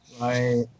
Right